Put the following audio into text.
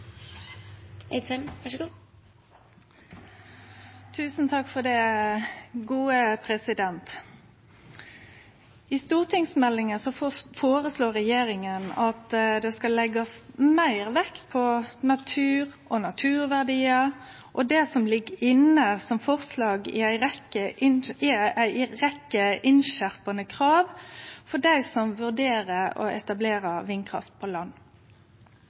I stortingsmeldinga føreslår regjeringa at det skal leggjast meir vekt på natur og naturverdiar, og det som ligg inne som forslag, er ei rekkje innskjerpande krav for dei som vurderer å etablere vindkraft på land.